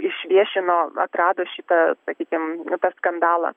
išviešino atrado šitą sakykim tą skandalą